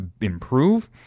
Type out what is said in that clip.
improve